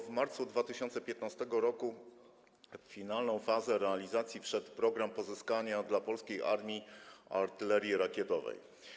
W marcu 2015 r. w finalną fazę realizacji wszedł program pozyskania dla polskiej armii artylerii rakietowej.